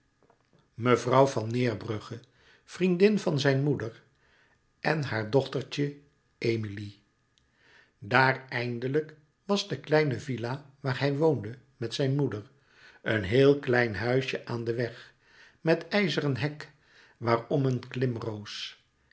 mevrouw van neerbrugge vriendin van zijn moeder en haar dochtertje emilie daar eindelijk was de kleine villa waar hij woonde met zijn moeder een heel klein huisje aan den weg met ijzeren hek waarom een